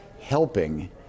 helping